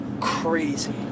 crazy